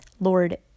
Lord